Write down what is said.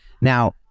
now